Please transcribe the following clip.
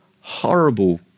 horrible